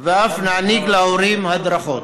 ואף להעניק להורים הדרכות.